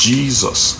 Jesus